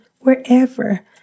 wherever